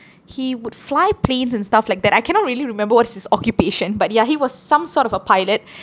he would fly planes and stuff like that I cannot really remember what's his occupation but ya he was some sort of a pilot